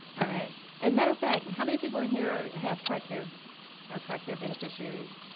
all right and matter of fact, how many people in here have tricare or tricare beneficiaries?